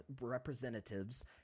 representatives